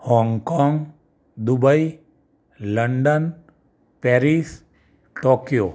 Hong Kong Dubai London Paris Tokyo